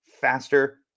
faster